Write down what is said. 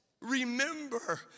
Remember